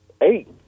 Eight